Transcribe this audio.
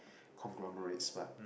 conglomerates but